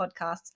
Podcasts